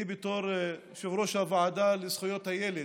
ואני, בתור יושב-ראש הוועדה לזכויות הילד,